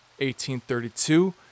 1832